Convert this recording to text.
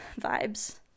vibes